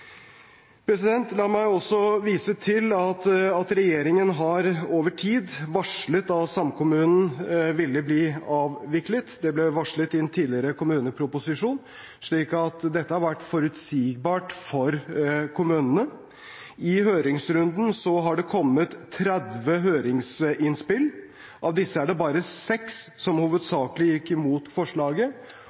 La meg også vise til at regjeringen over tid har varslet at samkommunen ville bli avviklet. Det ble varslet i en tidligere kommuneproposisjon, så dette har vært forutsigbart for kommunene. I høringsrunden har det kommet 30 høringsinnspill. Av disse er det bare 6 som hovedsakelig går imot forslaget.